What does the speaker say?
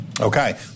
Okay